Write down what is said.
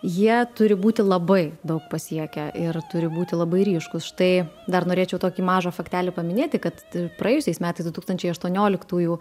jie turi būti labai daug pasiekę ir turi būti labai ryškūs štai dar norėčiau tokį mažą faktelį paminėti kad praėjusiais metais du tūkstančiai aštuonioliktųjų